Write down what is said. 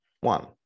one